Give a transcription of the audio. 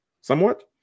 somewhat